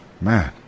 Man